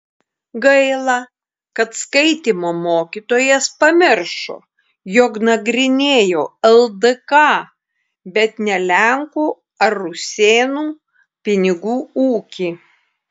gaila kad skaitymo mokytojas pamiršo jog nagrinėjau ldk bet ne lenkų ar rusėnų pinigų ūkį